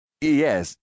Yes